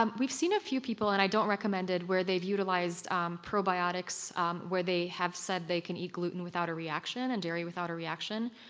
um we've seen a few people, and i don't recommend it, where they've utilized um probiotics um where they have said they can eat gluten without a reaction and dairy without a reaction.